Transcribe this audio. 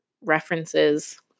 references